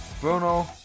Bruno